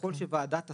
וככול שוועדת הסל,